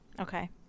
okay